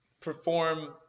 perform